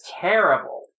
terrible